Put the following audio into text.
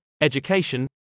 education